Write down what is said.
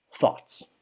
Thoughts